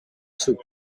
soep